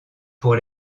pour